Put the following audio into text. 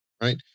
right